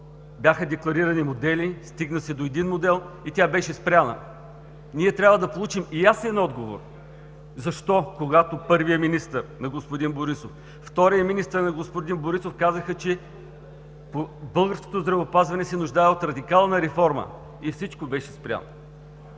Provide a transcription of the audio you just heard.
Бяха декларирани модели, стигна се до един модел и тя беше спряна. Ние трябва да получим ясен отговор защо, когато първият и вторият министър на господин Борисов казаха, че българското здравеопазване се нуждае от радикална реформа, всичко беше спряно?